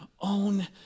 own